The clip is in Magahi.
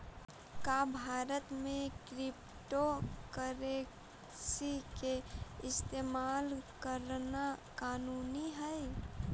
का भारत में क्रिप्टोकरेंसी के इस्तेमाल करना कानूनी हई?